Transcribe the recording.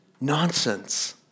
nonsense